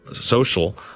social